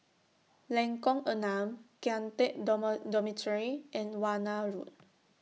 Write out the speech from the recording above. Lengkong Enam Kian Teck Dormitory and Warna Road